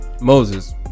Moses